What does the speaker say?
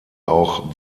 auch